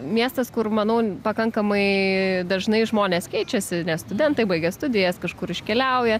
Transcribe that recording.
miestas kur manau pakankamai dažnai žmonės keičiasi nes studentai baigę studijas kažkur iškeliauja